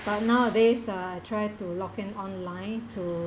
but nowadays uh try to log in online to